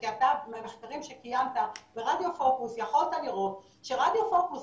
כי אתה במחקרים שקיימת ברדיו פוקוס יכולת לראות שרדיו פוקוס